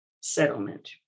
settlement